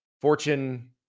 fortune